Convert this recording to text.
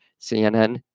CNN